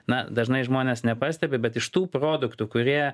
na dažnai žmonės nepastebi bet iš tų produktų kurie